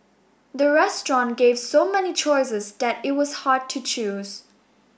the restaurant gave so many choices that it was hard to choose